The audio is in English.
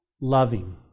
loving